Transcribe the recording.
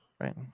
Right